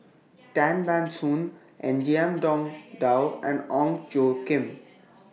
Tan Ban Soon Ngiam Tong Dow and Ong Tjoe Kim